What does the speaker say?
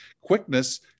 quickness